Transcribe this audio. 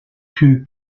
two